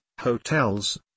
hotels